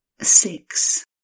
six